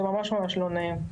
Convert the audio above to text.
זה ממש ממש לא נעים.